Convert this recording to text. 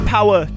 Power